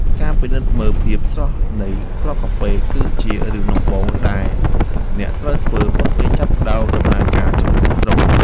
ការពិនិត្យមើលភាពស្រស់នៃគ្រាប់កាហ្វេ គឺជារឿងដំបូងដែលអ្នកត្រូវធ្វើ មុនពេលចាប់ផ្តើមដំណើរការឆុងទាំងស្រុង។